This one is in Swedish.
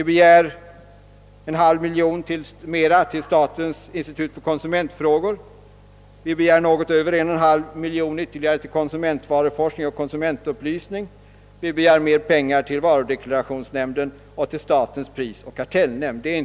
Vi begär en halv miljon kronor mer till statens institut för konsumentfrågor, något över en och en halv miljon ytterligare för konsumentvaruforskning och konsumentupplysning. Vi begär också mer pengar till varudeklara tionsnämnden och statens prisoch kartellnämnd.